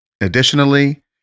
Additionally